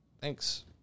Thanks